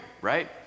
right